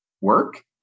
work